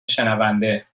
شنونده